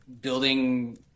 building